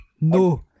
no